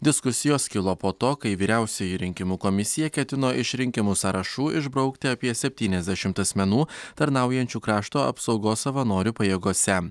diskusijos kilo po to kai vyriausioji rinkimų komisija ketino iš rinkimų sąrašų išbraukti apie septyniasdešimt asmenų tarnaujančių krašto apsaugos savanorių pajėgose